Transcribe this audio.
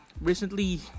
recently